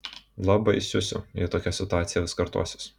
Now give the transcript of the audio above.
labai siusiu jei tokia situacija vis kartosis